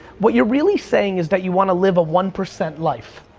what you're really saying is that you wanna live a one percent life.